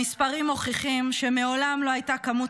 המספרים מוכיחים שמעולם לא הייתה כמות